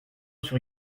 sur